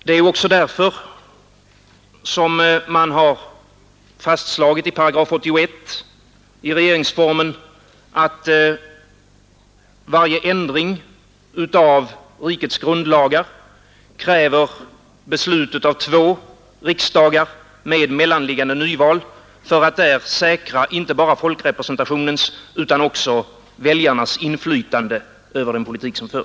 Det är också därför som man har fastslagit i 81 § regeringsformen att varje ändring av rikets grundlagar kräver beslut av två riksdagar med mellanliggande nyval för att där säkra inte bara folkrepresentationens utan också väljarnas inflytande över den politik som förs.